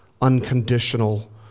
unconditional